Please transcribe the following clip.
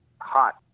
hot